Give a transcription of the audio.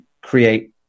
create